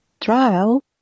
Trial